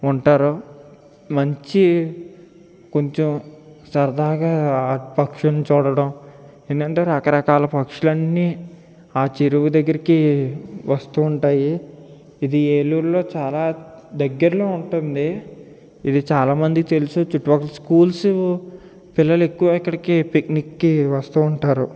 ఉంటారు మంచి కొంచెం సరదాగా పక్షులను చూడడం ఏందంటే రకరకాల పక్షులన్నీ ఆ చెరువు దగ్గరికి వస్తూ ఉంటాయి ఇది ఏలూరులో చాలా దగ్గరలో ఉంటుంది ఇది చాలామందికి తెలుసు చుట్టుపక్కల స్కూల్స్ పిల్లలు ఎక్కువ ఇక్కడికి పిక్నిక్కి వస్తూ ఉంటారు